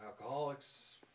alcoholics